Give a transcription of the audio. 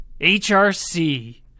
HRC